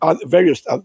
various